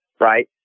right